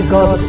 God